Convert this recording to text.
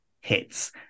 hits